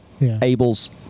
Abel's